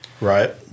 Right